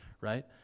right